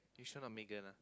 you sure not Megan ah